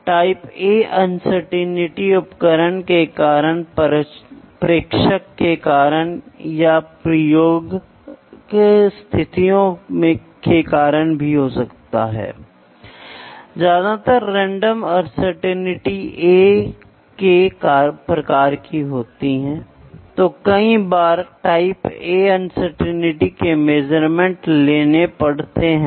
तो माप की आवश्यकता मैंने बहुत स्पष्ट रूप से कही यदि आपके पास एक प्रोडक्ट है तो आपको प्रोडक्ट या प्रोडक्ट की एफिशिएंसी में सुधार करना होगा यदि आप एक नया प्रोडक्ट करना चाहते हैं तो उनकी समझ और फिर यदि तो ये दोनों वहाँ हैं